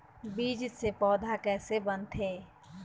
बीज से पौधा कैसे बनथे?